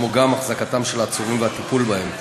כמו גם החזקתם של העצורים והטיפול בהם.